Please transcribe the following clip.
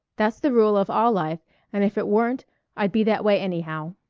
that's the rule of all life and if it weren't i'd be that way anyhow.